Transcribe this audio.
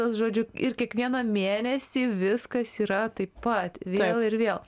žodžiu ir kiekvieną mėnesį viskas yra taip pat vėl ir vėl